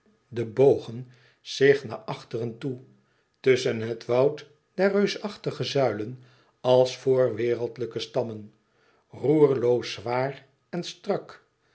de bogen zich naar achteren toe tusschen het woud der reusachtige zuilen als voorwereldlijke stammen roerloos zwaar en strak